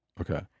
Okay